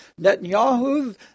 Netanyahu